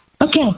Okay